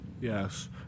Yes